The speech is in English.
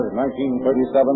1937